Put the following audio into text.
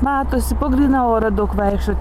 matosi po gryną orą daug vaikštot